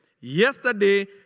yesterday